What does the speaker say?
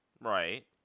right